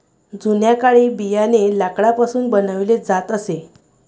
जुन्या काळी बियाणे लाकडापासून बनवले जात असे